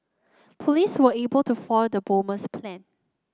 police were able to foil the bomber's plan